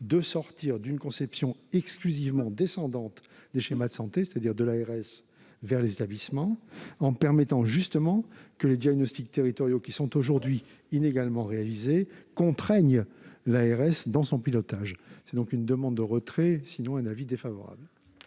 de sortir d'une conception exclusivement descendante des schémas de santé- de l'ARS vers les établissements -, en permettant justement que les diagnostics territoriaux, qui sont aujourd'hui inégalement réalisés, contraignent l'ARS dans son pilotage. Pour ces raisons, la commission demande le